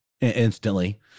instantly